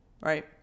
right